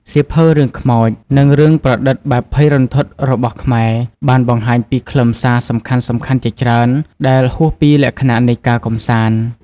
សៀវភៅរឿងខ្មោច និងរឿងប្រឌិតបែបភ័យរន្ធត់របស់ខ្មែរបានបង្ហាញពីខ្លឹមសារសំខាន់ៗជាច្រើន ដែលហួសពីលក្ខណៈនៃការកម្សាន្ត។